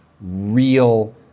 real